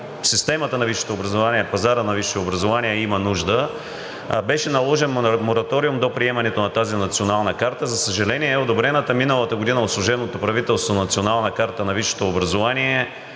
направления, отколкото пазарът на висшето образование има нужда. Беше наложен мораториум до приемането на тази Национална карта. За съжаление, одобрената миналата година от служебното правителство Национална карта на висшето образование